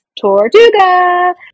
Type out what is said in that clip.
Tortuga